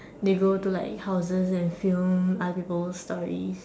they go to like houses and film other people's stories